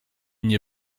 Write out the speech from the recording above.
nie